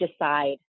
decide